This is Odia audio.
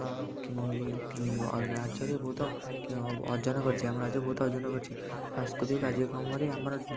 ରାଜ୍ୟରେ ବହୁତ ଅର୍ଜନ କରିଛି ଆମ ରାଜ୍ୟ ବହୁତ ଅର୍ଜନ କରିଛି ସାଂସ୍କୃତିକ କାର୍ଯ୍ୟ କର୍ମରେ ଆମର